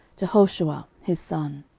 jehoshuah his son.